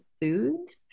foods